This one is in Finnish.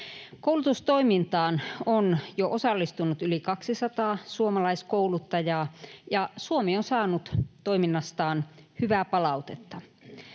Koulutustoimintaan on jo osallistunut yli 200 suomalaiskouluttajaa, ja Suomi on saanut toiminnastaan hyvää palautetta.